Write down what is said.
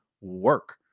work